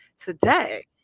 today